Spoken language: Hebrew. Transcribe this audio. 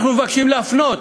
אנחנו מבקשים להפנות